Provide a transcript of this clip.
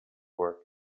work